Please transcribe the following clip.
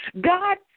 God